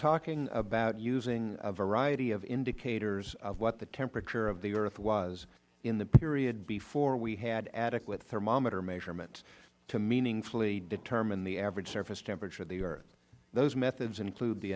talking about using a variety of indicators of what the temperature of the earth was in the period before we had adequate thermometer measurements to meaningfully determine the average surface temperature of the earth those methods include the